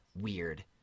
weird